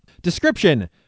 Description